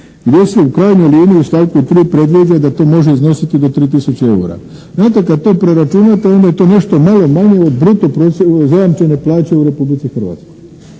gdje se u krajnjoj liniji, u stavku 3., predviđa da to može iznositi do 3 tisuće eura. Znate, kad to preračunate onda je to nešto malo manje od bruto prosjeka zajamčene plaće u Republici Hrvatskoj.